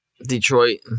Detroit